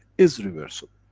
is reversible.